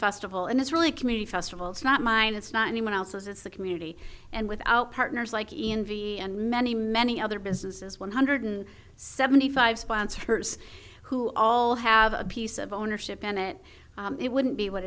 festival and it's really community festival it's not mine it's not anyone else's it's the and without partners like e envy and many many other businesses one hundred seventy five sponsors who all have a piece of ownership in it it wouldn't be what